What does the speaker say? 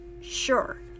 sure